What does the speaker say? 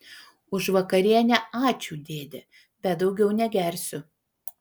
už vakarienę ačiū dėde bet daugiau negersiu